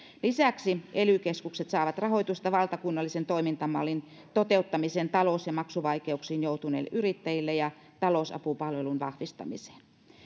lisäksi ely keskukset saavat rahoitusta valtakunnallisen toimintamallin toteuttamiseen talous ja maksuvaikeuksiin joutuneille yrittäjille ja talousapupalvelun vahvistamiseen